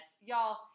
y'all